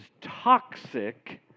toxic